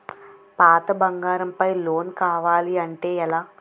పాత బంగారం పై లోన్ కావాలి అంటే ఎలా?